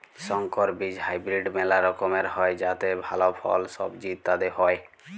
সংকর বীজ হাইব্রিড মেলা রকমের হ্যয় যাতে ভাল ফল, সবজি ইত্যাদি হ্য়য়